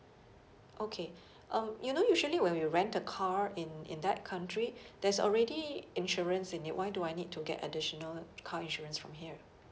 okay um you know usually when we rent a car in in that country there's already insurance in it why do I need to get additional car insurance from here